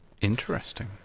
interesting